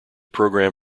program